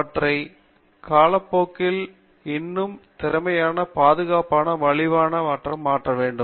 அவற்றை காலப்போக்கில் இன்னும் திறமையான பாதுகாப்பான மலிவானதாக மாற்ற வேண்டும்